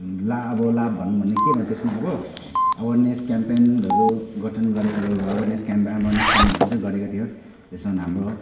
लाभ अब लाभ भनौँ भने केमा त्यसमा अब अवेरनेस केम्पेनहरू गठन गरेको अवेरनेस क्याम्प अवेरनेस क्याम्पहरू चाहिँ गरेको थियो यसमा हाम्रो